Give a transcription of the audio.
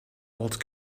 old